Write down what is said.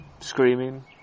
screaming